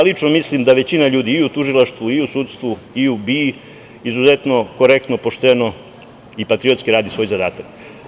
Lično mislim da većina ljudi i u tužilaštvu i u sudstvu i u BIA izuzetno korektno, pošteno i patriotski radi svoj zadatak.